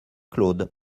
claude